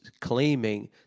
claiming